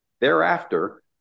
Thereafter